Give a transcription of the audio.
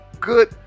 good